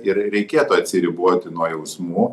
ir reikėtų atsiriboti nuo jausmų